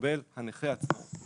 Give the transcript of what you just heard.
שמקבל הנכה עצמו.